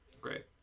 great